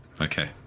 Okay